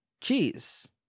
Cheese